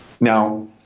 Now